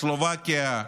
סלובקיה,